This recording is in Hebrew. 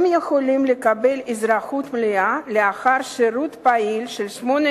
הם יכולים לקבל אזרחות לאחר שירות פעיל של 18